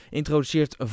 introduceert